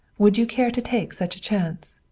would you care to take such a chance?